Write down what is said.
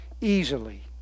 easily